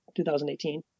2018